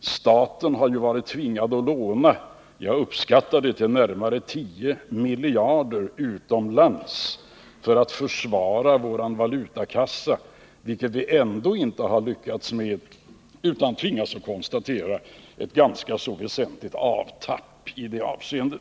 Staten har varit tvingad att låna, jag uppskattar det till nära 10 miljarder, utomlands för att försvara vår valutakassa. Det har vi ändå inte lyckats med utan tvingas konstatera en ganska väsentlig avtappning av den.